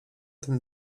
tym